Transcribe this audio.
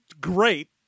great